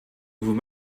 vous